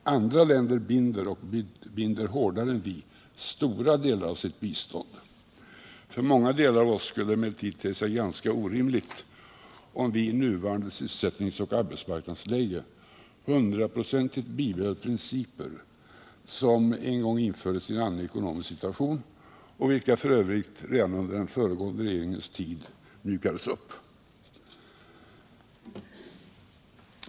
Andra länder binder, och binder hårdare än vi, stora delar av sitt bistånd. För många av oss skulle det emellertid te sig ganska orimligt, om vi i nuvarande sysselsättningsoch arbetsmarknadsläge hundraprocentigt bibehöll principer, som en gång infördes i en annan ekonomisk situation och vilka f. ö. redan under den föregående regeringens tid mjukades upp.